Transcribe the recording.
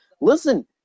listen